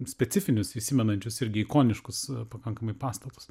specifinius įsimenančius irgi ikoniškus pakankamai pastatus